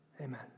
amen